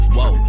Whoa